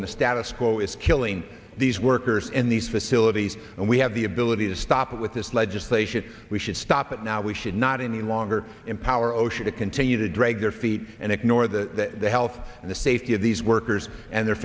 in the status quo is killing these workers in these facilities and we have the ability to stop with this legislation we should stop it now we should not any longer empower osha to continue to drag their feet and ignore the health and the safety of these workers and their